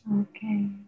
Okay